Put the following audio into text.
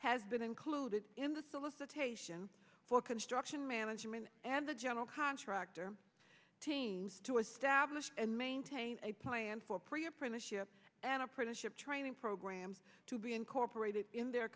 has been included in the solicitation for construction management and the general contractor teams to a stablish and maintain a plan for pre apprenticeship an apprenticeship training programs to be incorporated in their